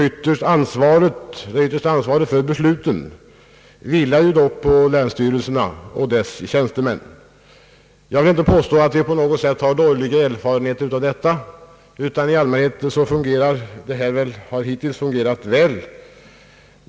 Det yttersta ansvaret för besluten vilar dock på länsstyrelserna och deras tjänstemän. Jag vill inte påstå att vi på något sätt har dåliga erfarenheter av detta, utan i allmänhet har det hittills fungerat bra.